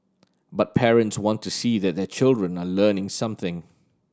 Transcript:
but parents want to see that their children are learning something